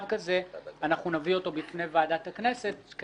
אנחנו נביא אותו בפני ועדת הכנסת,